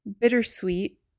bittersweet